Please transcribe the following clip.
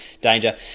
danger